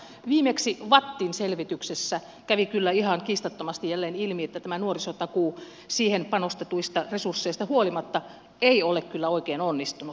viimeksi vattin selvityksessä kävi kyllä ihan kiistattomasti jälleen ilmi että tämä nuorisotakuu siihen panostetuista resursseista huolimatta ei ole kyllä oikein onnistunut